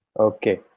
okay,